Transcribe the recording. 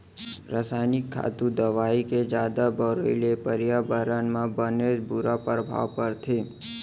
रसायनिक खातू, दवई के जादा बउराई ले परयाबरन म बनेच बुरा परभाव परथे